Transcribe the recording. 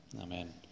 Amen